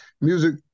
music